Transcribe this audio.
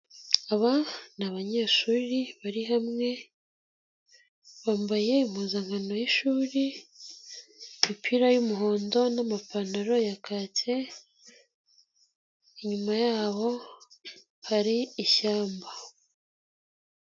Aba ni abanyeshuri bari hamwe, bambaye impuzankano y'ishuri: imipira y'umuhondo n'amapantaro ya kake, inyuma yabo hari ishyamba.